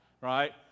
Right